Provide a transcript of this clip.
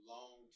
Long